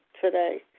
today